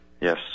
Yes